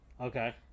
Okay